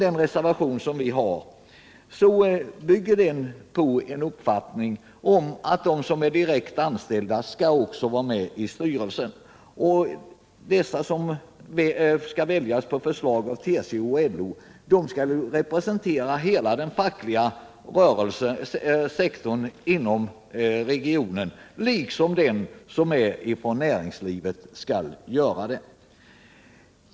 Vår reservation bygger på en uppfattning att de som är direkt anställda också skall vara med i styrelsen. Dessa, som skall väljas på förslag av TCO och LO, skall representera hela den fackliga sektorn inom regionen liksom den som väljs från näringslivet skall göra det.